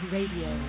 Radio